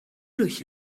durch